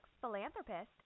philanthropist